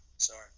Sorry